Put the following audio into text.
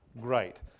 great